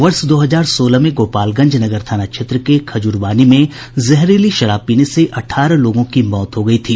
वर्ष दो हजार सोलह में गोपालगंज नगर थाना क्षेत्र के खजुरबानी में जहरीली शराब पीने से अठारह लोगों की मौत हो गयी थी